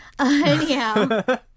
Anyhow